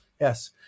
yes